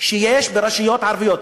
שיש ברשויות ערביות?